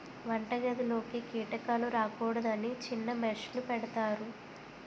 వంటగదిలోకి కీటకాలు రాకూడదని చిన్న మెష్ లు పెడతారు